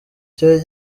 cyari